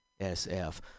.sf